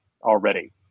already